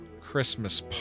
Christmas